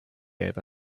gelb